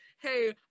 Hey